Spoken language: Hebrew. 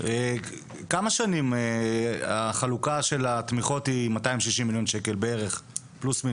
כמה שנים החלוקה של התמיכות היא 260 מיליון שקל פלוס-מינוס?